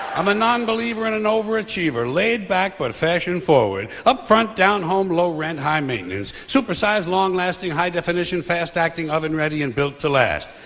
i'm a non-believer and an overachiever, laid back but fashion-forward, upfront down-home low-rent high-maintenance, super-sized long-lasting high definition fast-acting oven-ready and built to last.